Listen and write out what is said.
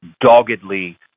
doggedly